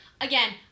Again